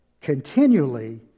continually